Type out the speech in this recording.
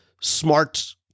smart